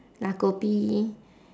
la kopi